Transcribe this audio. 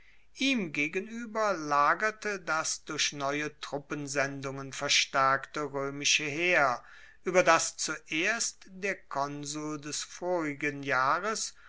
ihm gegenueber lagerte das durch neue truppensendungen verstaerkte roemische heer ueber das zuerst der konsul des vorigen jahres